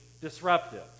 disruptive